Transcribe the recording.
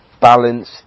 balance